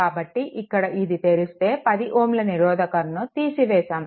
కాబట్టి ఇక్కడ ఇది తెరిస్తే 10Ω నిరోధకంను తీసివేశాము